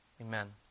amen